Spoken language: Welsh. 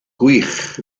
gwych